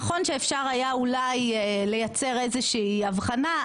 נכון שאפשר היה אולי לייצר איזושהי הבחנה,